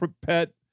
pet